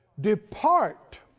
Depart